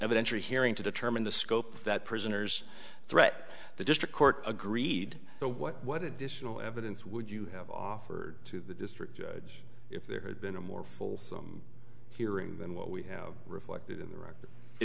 evidentiary hearing to determine the scope of that prisoner's threat the district court agreed to what what additional evidence would you have offered to the district judge if there had been a more full hearing than what we have reflected in the r